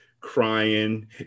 crying